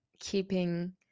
keeping